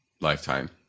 lifetime